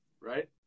right